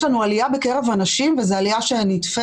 יש לנו עליה בקרב הנשים וזו עליה שנתפסת